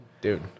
Dude